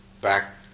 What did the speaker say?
back